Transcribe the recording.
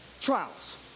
Trials